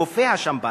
קופי השימפנזים.